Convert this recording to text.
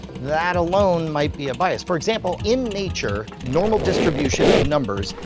that alone might be a bias. for example, in nature, normal distribution of numbers,